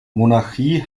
monarchie